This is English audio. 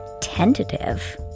tentative